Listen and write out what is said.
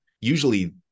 Usually